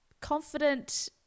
confident